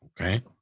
okay